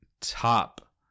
top